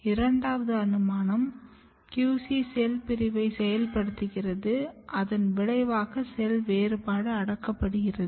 இரண்டாவது அனுமானம்QC செல் பிரிவை செயல்படுத்துகிறது அதன் விளைவாக செல் வேறுபாடு அடக்கப்படுகிறது